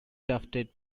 tufted